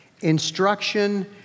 instruction